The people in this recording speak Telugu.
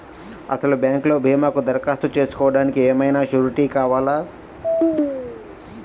అసలు బ్యాంక్లో భీమాకు దరఖాస్తు చేసుకోవడానికి ఏమయినా సూరీటీ కావాలా?